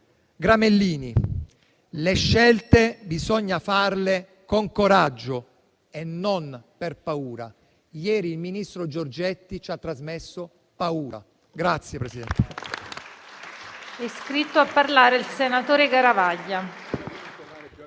Gramellini: le scelte bisogna farle con coraggio e non per paura. Ieri il ministro Giorgetti ci ha trasmesso paura.